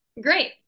great